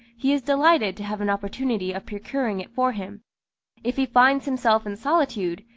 he is delighted to have an opportunity of procuring it for him if he finds himself in solitude,